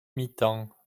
mitan